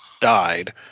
died